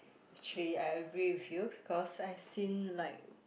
actually I agree with you because I've seen like